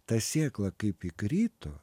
ta sėkla kaip įkrito